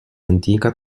antica